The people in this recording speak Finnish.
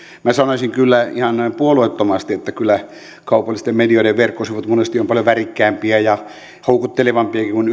minä sanoisin kyllä ihan puolueettomasti että kyllä kaupallisten medioiden verkkosivut monesti ovat paljon värikkäämpiä ja houkuttelevampiakin kuin